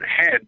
head